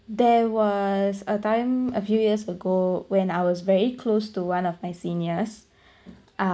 there was a time a few years ago when I was very close to one of my seniors uh